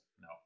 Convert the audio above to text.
no